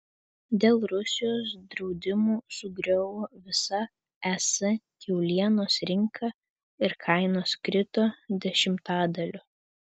dėl rusijos draudimų sugriuvo visa es kiaulienos rinka ir kainos krito dešimtadaliu